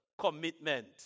commitment